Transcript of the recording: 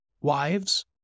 Wives